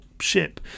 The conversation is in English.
ship